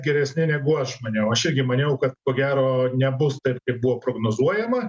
geresni negu aš maniau aš irgi maniau kad ko gero nebus taip kaip buvo prognozuojama